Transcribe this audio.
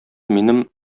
минем